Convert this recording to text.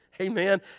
Amen